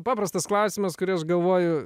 paprastas klausimas kurį aš galvoju